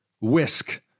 Whisk